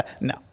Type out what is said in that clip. No